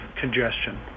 congestion